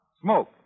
Smoke